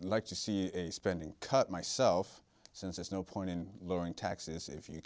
like to see a spending cut myself since there's no point in lowering taxes if you